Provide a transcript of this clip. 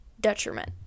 detriment